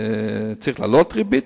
צריך להעלות את הריבית,